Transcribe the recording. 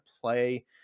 play